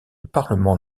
parlement